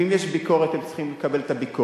ואם יש ביקורת, הם צריכים לקבל את הביקורת.